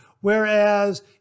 Whereas